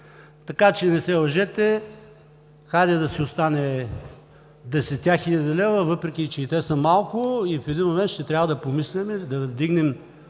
Така че не се лъжете, хайде, да си останат 10 000 лв., въпреки че е и те са малко и в един момент ще трябва да помислим и да вдигнем